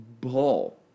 ball